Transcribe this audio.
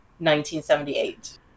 1978